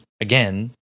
again